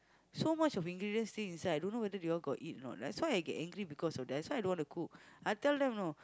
so much of ingredient still inside I don't know whether they all got eat or not that's why I get angry because of that that's why I don't want to cook I tell them you know